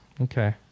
Okay